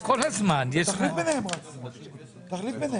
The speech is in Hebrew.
פרק ד' (מיסוי בשוק הדיור) מתוך הצעת חוק ההתייעלות הכלכלית,